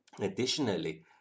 Additionally